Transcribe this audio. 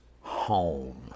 home